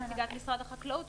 נציגת משרד החקלאות,